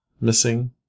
missing